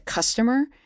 customer